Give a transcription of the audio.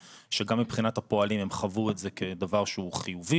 שגם מבחינת הפועלים הם חוו את זה דבר שהוא חיובי,